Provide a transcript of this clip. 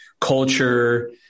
culture